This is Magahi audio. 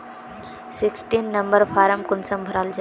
सिक्सटीन नंबर फारम कुंसम भराल जाछे?